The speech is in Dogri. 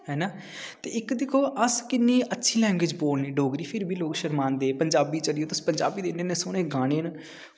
है ना इक दिक्खो अस किन्नी अच्छी लैंग्वेज़ बोलने डोगरी फिर बी लोग किन्ने शरमांदे पंजाबी चली जाओ तुस पंजाबी दे इ'न्ने इ'न्ने सोह्ने गाने न